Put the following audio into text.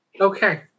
Okay